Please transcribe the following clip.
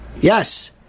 Yes